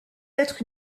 être